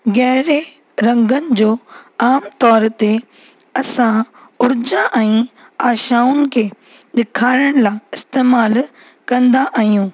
गहरे रंगनि जो आम तौर ते असां ऊर्जा ऐं आशाउनि खे ॾिखारण लाइ इस्तेमाल कंदा आहियूं